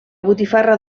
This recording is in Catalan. botifarra